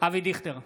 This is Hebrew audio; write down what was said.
אבי דיכטר,